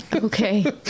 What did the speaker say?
Okay